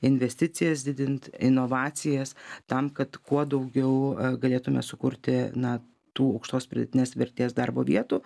investicijas didint inovacijas tam kad kuo daugiau galėtume sukurti na tų aukštos pridėtinės vertės darbo vietų